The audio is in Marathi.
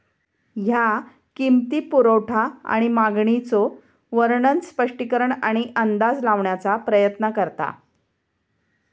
ह्या किंमती, पुरवठा आणि मागणीचो वर्णन, स्पष्टीकरण आणि अंदाज लावण्याचा प्रयत्न करता